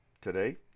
today